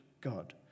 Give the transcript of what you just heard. God